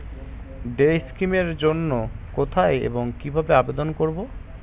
Day scheme এর জন্য কোথায় এবং কিভাবে আবেদন করব?